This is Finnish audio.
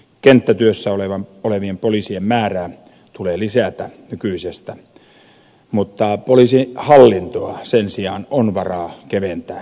kenttätyössä olevien poliisien määrää tulee lisätä nykyisestä mutta poliisin hallintoa sen sijaan on varaa keventää